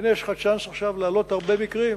הנה יש לך עכשיו צ'אנס להעלות הרבה מקרים.